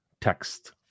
text